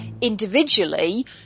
individually